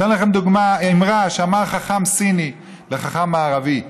אתן לכם אמרה שאמר חכם סיני לחכם מערבי.